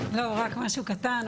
רק משהו קטן,